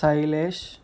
Shailesh